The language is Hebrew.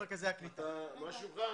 מרכזי הקליטה הוא דיון הרבה יותר רחב.